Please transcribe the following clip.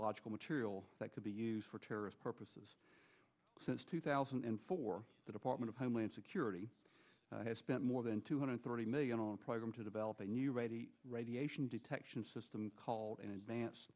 logical material that could be used for terrorist purposes since two thousand and four the department of homeland security has spent more than two hundred thirty million on a program to develop a new ready radiation detection system called an advance